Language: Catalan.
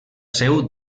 seu